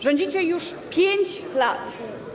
Rządzicie już 5 lat.